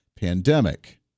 pandemic